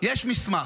יש מסמך.